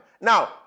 now